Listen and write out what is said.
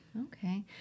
Okay